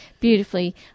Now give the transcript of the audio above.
beautifully